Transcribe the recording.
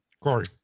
Corey